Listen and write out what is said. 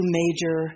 major